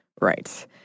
Right